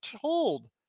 told